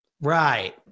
Right